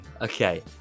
okay